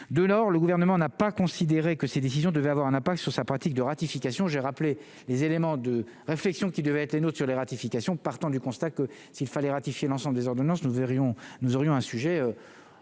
De l'or, le gouvernement n'a pas considéré que ces décisions devaient avoir un impact sur sa pratique de ratification, j'ai rappelé les éléments de réflexion qui devait être les notes sur les ratifications, partant du constat que s'il fallait ratifier l'ensemble des ordonnances, nous verrions nous